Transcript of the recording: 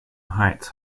heights